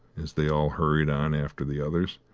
as they all hurried on after the others.